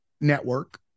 network